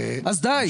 אז די.